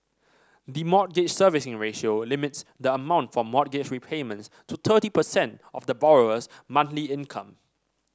the Mortgage Servicing Ratio limits the amount for mortgage repayments to thirty percent of the borrower's monthly income